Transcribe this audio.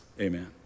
amen